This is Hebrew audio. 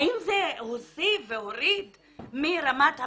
האם זה הוסיף או הוריד מרמת הפשיעה?